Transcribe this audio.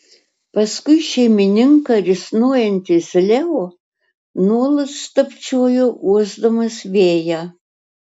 paskui šeimininką risnojantis leo nuolat stabčiojo uosdamas vėją